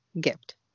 gift